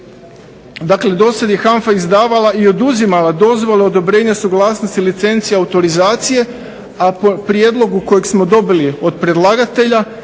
Dakle, do sada je HANFA izdavala i oduzimala dozvole odobrenja suglasnost, licencije i autorizacije a po prijedlogu kojeg smo dobili od predlagatelja